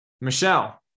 Michelle